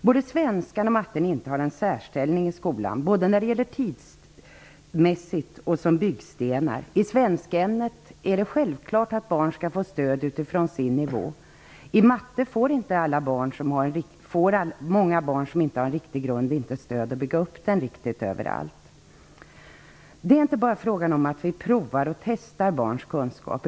Både svenskan och matten intar en särställning i skolan, både tidsmässigt och som byggstenar. I svenskämnet är det självklart att barn skall få stöd utifrån sin nivå. Många barn som saknar en riktig grund i matte får inte stöd att bygga upp den. Det är inte bara fråga om att vi skall prova och testa barns kunskaper.